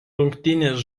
rungtynes